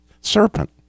serpent